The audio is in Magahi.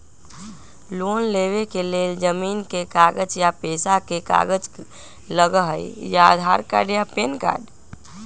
लोन लेवेके लेल जमीन के कागज या पेशा के कागज लगहई या आधार कार्ड या पेन कार्ड?